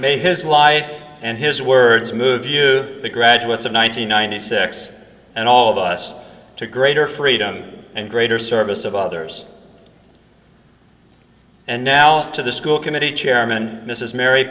may his life and his words move you the graduates of one nine hundred ninety six and all of us to greater freedom and greater service of others and now to the school committee chairman mrs mar